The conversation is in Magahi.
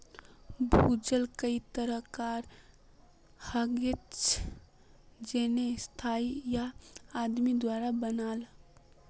भूजल कई तरह कार हछेक जेन्ने स्थाई या आदमी द्वारा बनाल